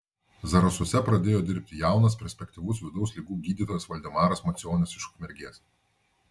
zarasuose pradėjo dirbti jaunas perspektyvus vidaus ligų gydytojas valdemaras macionis iš ukmergės